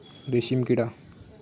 रेशीमकिडा